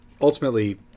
ultimately